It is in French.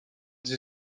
des